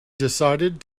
decided